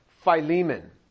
Philemon